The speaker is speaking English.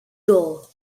door